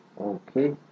Okay